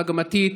מגמתית